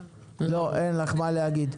אין לך מה להגיד.